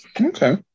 Okay